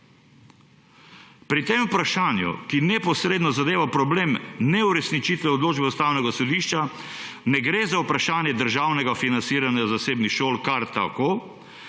Pri tem vprašanju, ki neposredno zadeva problem neuresničitve odločbe Ustavnega sodišča, ne gre za vprašanje državnega financiranja zasebnih šol kar tako,